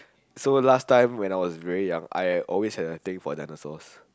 so last time when I was very young I always had a thing for dinosaurs